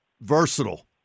versatile